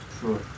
Sure